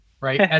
right